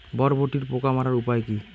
বরবটির পোকা মারার উপায় কি?